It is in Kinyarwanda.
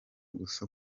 gusa